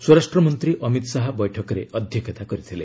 ସ୍ୱରାଷ୍ଟ୍ର ମନ୍ତ୍ରୀ ଅମିତ ଶାହା ବୈଠକରେ ଅଧ୍ୟକ୍ଷତା କରିଥିଲେ